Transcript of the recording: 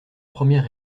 première